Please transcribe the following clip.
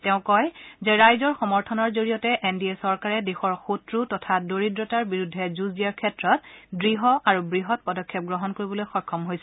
তেওঁ কয় যে ৰাইজৰ সমৰ্থনৰ জৰিয়তে এন ডি এ চৰকাৰে দেশৰ শক্ৰ তথা দৰিদ্ৰতাৰ বিৰুদ্ধে যূঁজ দিয়াৰ ক্ষেত্ৰত দ্য় আৰু বৃহৎ পদক্ষেপ গ্ৰহণ কৰিবলৈ সক্ষম হৈছে